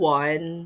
one